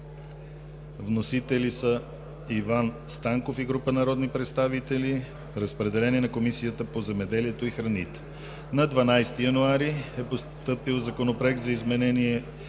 Вносители са Иван Станков и група народни представители. Разпределен е на Комисията по земеделието и храните. На 12 януари 2017 г. е постъпил Законопроект за изменение